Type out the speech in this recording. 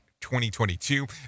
2022